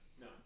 no